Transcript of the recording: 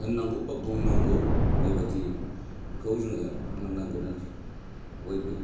होननांगौ बा बुंनांगौ बेबादिखौ जोङो होननांगोन आरोखि बयबो